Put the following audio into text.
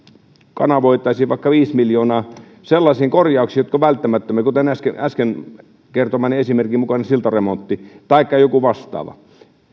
kanavoitaisiin vaikka viisi miljoonaa sellaisiin korjauksiin jotka ovat välttämättömiä kuten äsken äsken kertomani esimerkin mukainen siltaremontti taikka joku vastaava